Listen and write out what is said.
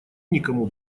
никому